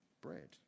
bread